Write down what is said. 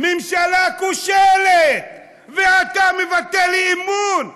הממשלה כושלת, ואתה מבטל אי-אמון?